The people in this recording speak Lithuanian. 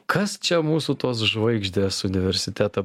kas čia mūsų tos žvaigždės universitetą